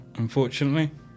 unfortunately